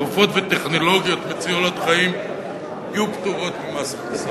תרופות וטכנולוגיות מצילות חיים יהיו פטורות ממס הכנסה?